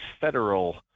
federal